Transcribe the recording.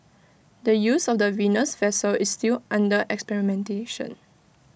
the use of the Venus vessel is still under experimentation